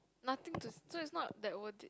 nothing to see~ so it's not that worth it